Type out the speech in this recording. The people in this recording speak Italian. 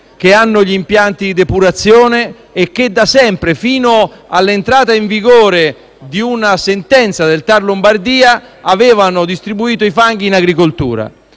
hanno gli impianti depurazione e da sempre, fino all’entrata in vigore di una sentenza del Tar della Lombardia, hanno distribuito i fanghi in agricoltura,